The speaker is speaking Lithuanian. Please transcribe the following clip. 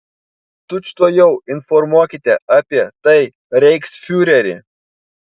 tučtuojau informuokite apie tai reichsfiurerį